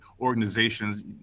organizations